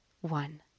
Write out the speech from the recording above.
one